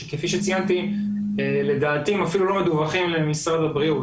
שכפי שציינתי לדעתי הם אפילו לא מדווחים למשרד הבריאות,